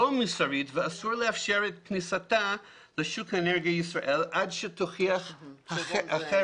לא מוסרית ואסור לאפשר את כניסתה לשוק האנרגיה בישראל עד שתוכיח אחרת.